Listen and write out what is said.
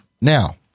Now